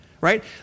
right